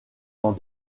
dans